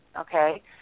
okay